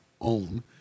own